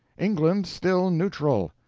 england still neutral!